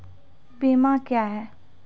बीमा क्या हैं?